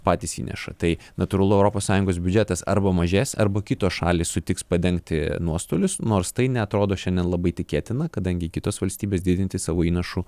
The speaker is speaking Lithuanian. patys įneša tai natūralu europos sąjungos biudžetas arba mažės arba kitos šalys sutiks padengti nuostolius nors tai neatrodo šiandien labai tikėtina kadangi kitos valstybės didinti savo įnašų